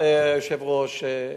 אדוני היושב-ראש,